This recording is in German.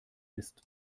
ist